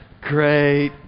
great